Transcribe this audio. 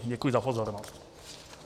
Děkuji za pozornost.